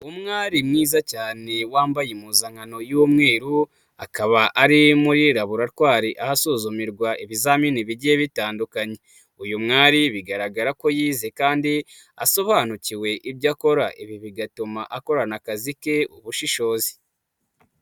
Umwari mwiza cyane wambaye impuzankano y'umweru, akaba ari muri Laboratwari asuzumirwa ibizamini bigiye bitandukanye, uyu mwari bigaragara ko yize kandi asobanukiwe ibyo akora, ibi bigatuma akorana akazi ke ubushishozi.